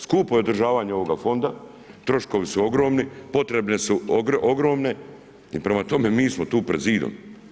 Skupo je održavanje ovoga fonda, troškovi su ogromni, potrebe su ogromne i prema tome mi smo tu pred zidom.